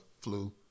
flu